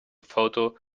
photo